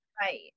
Right